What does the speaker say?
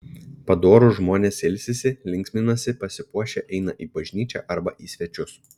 padorūs žmonės ilsisi linksminasi pasipuošę eina į bažnyčią arba į svečius